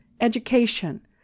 education